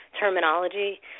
terminology